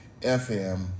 FM